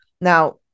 Now